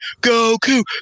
Goku